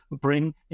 bring